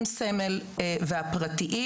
עם סמל והפרטיים,